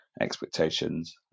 expectations